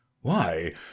Why